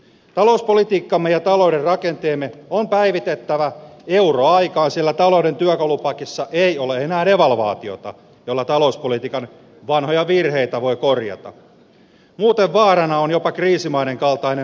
talouspolitiikkamme ja talouden rakenteemme on päivitettävä euroaikaan sillä talouden työkalupakissa ei ole enää revalvaatiota jolla talouspolitiikan vanhoja virheitä voi korjata muuten vaarana on jopa kriisimaiden kaltainen